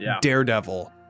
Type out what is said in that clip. Daredevil